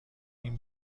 این